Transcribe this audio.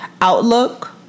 outlook